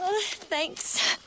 Thanks